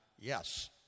yes